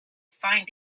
find